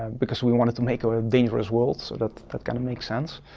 because we wanted to make a dangerous world, so that kind of makes sense.